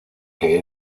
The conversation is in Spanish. que